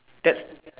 test